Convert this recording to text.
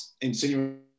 insinuating